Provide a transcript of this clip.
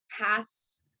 past